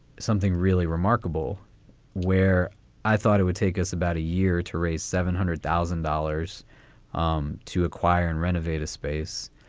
something really remarkable where i thought it would take us about a year to raise seven hundred thousand dollars um to acquire and renovate a space.